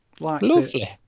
Lovely